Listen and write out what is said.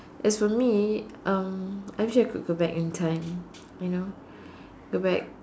as for me um I wish I could go back in time you know go back